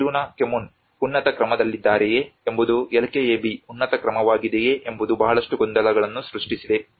Kiruna Kommun ಉನ್ನತ ಕ್ರಮದಲ್ಲಿದ್ದಾರೆಯೇ ಎಂಬುದು LKAB ಉನ್ನತ ಕ್ರಮವಾಗಿದೆಯೇ ಎಂಬುದು ಬಹಳಷ್ಟು ಗೊಂದಲಗಳನ್ನು ಸೃಷ್ಟಿಸಿದೆ